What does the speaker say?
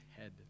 head